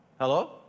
Hello